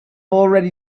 already